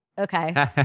Okay